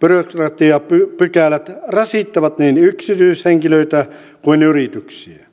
byrokratiapykälät rasittavat niin yksityishenkilöitä kuin yrityksiä